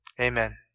Amen